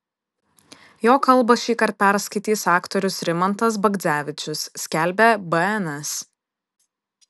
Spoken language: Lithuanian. jo kalbą šįkart perskaitys aktorius rimantas bagdzevičius skelbė bns